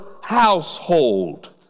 household